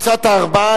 קבוצת הארבעה,